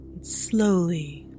Slowly